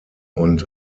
und